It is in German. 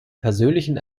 persönlichen